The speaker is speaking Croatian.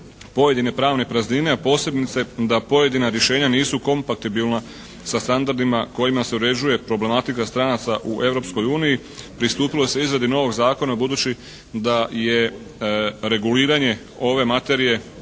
pojedine pravne praznine, a posebice da pojedina rješenja nisu kompatibilna sa standardima kojima se uređuje problematika stranaca u Europskoj uniji pristupili se izradi novog zakona budući da je reguliranje ove materije